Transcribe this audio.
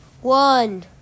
One